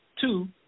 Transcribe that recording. two